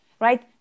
right